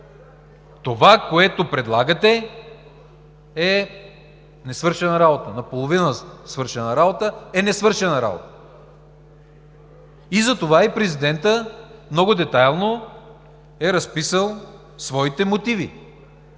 това, което предлагате, е несвършена работа. Наполовина свършена работа е несвършена работа! Затова и президентът много детайлно е разписал своите мотиви: